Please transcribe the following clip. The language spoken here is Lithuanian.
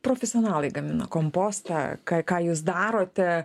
profesionalai gamina kompostą ką ką jūs darote